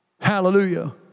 Hallelujah